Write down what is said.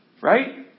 Right